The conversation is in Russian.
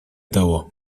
того